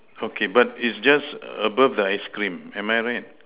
okay but it's just above the ice cream am I right